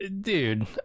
dude